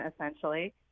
essentially